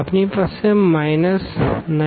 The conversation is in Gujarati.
આપણી પાસે માઈનસ 9